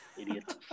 idiot